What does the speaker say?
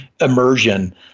immersion